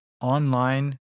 online